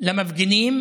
למפגינים